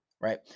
right